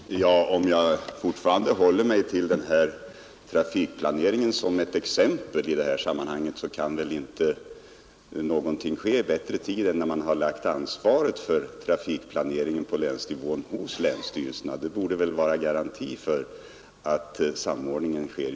Herr talman! Om jag fortfarande håller mig till trafikplaneringen som ett exempel i detta sammanhang, så kan väl inte länsstyrelserna komma in i mera god tid än när man har lagt ansvaret för trafikplaneringen på länsnivån hos länsstyrelserna.